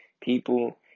people